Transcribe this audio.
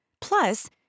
Plus